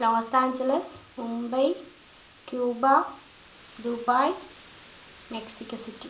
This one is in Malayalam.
loss Angeles Mumbai Cuba Dubai Mexico city